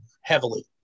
heavily